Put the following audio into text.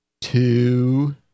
two